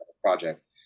project